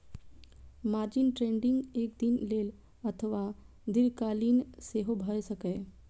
margin trading एक दिन लेल अथवा दीर्घकालीन सेहो भए सकैए